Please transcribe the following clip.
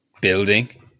building